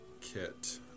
kit